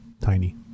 tiny